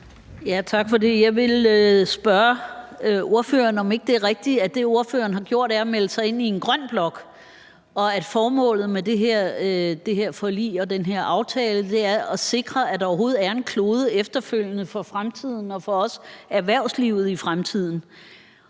Jeg vil spørge ordføreren, om ikke det er rigtigt, at det, ordføreren har gjort, er at melde sig ind i en grøn blok, og at formålet med det her forlig og den her aftale er at sikre, at der overhovedet er en klode efterfølgende, for fremtiden og også for erhvervslivet i fremtiden.